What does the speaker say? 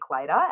later